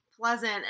pleasant